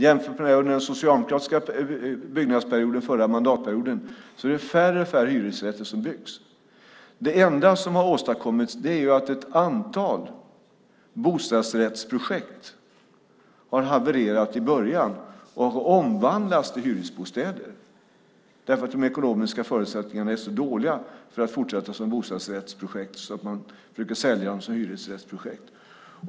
Jämfört med under den socialdemokratiska byggnadsperioden förra mandatperioden är det färre och färre hyresrätter som byggs. Det enda som har åstadkommits är att ett antal bostadsrättsprojekt har havererat i början och omvandlats till hyresbostäder därför att de ekonomiska förutsättningarna för att fortsätta som bostadsrättsprojekt var så dåliga att man försöker sälja dem som hyresrättsprojekt.